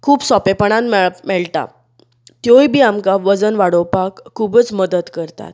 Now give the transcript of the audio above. खूब सोंपेपणान मेळ मेळटात त्योय बीन आमकां वजन वाडोवपाक खूबच मदत करता